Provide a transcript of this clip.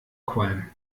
qualm